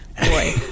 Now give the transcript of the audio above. Boy